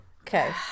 Okay